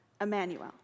Emmanuel